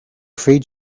afraid